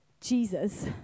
Jesus